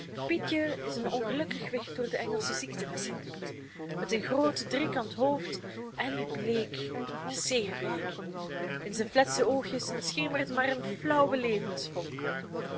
beschreef pietje is een ongelukkig wicht door de engelsche ziekte mishandeld met een groot driekant hoofd en bleek zeer bleek in zijne fletse oogjes schemert maar eene flauwe